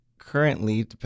currently